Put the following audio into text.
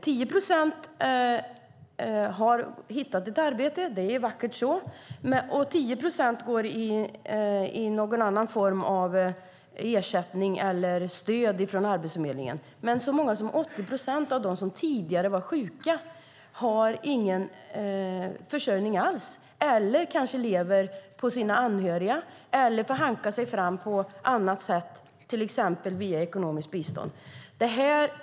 10 procent har hittat ett arbete, och det är vackert så, och 10 procent har någon annan form av ersättning eller stöd från Arbetsförmedlingen. Men så många som 80 procent av dem som tidigare var sjuka har ingen försörjning alls eller lever kanske på sina anhöriga eller får hanka sig fram på annat sätt, till exempel via ekonomiskt bistånd.